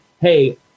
hey